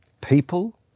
people